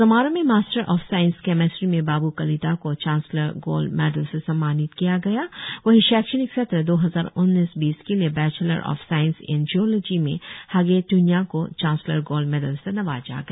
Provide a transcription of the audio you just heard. समारोह में master of science chemistry में बाबू कालिता को चांसलर गोल्ड मेडल से सम्मानित किया गया वहीं शैक्षणिक सत्र दो हजार उन्नीस बीस के लिए bachelor of science in zoology में हागे तून्या को चांसलर गोल्ड मेडल से नवाजा गया